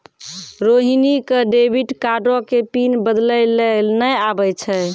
रोहिणी क डेबिट कार्डो के पिन बदलै लेय नै आबै छै